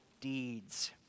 deeds